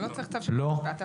לא צריך צו של בית משפט,